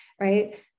right